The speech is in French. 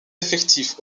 effectifs